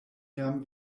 iam